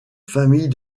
famille